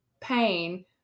pain